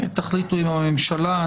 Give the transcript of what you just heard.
תחליטו עם הממשלה.